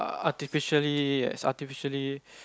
artificially is artificially